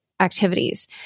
activities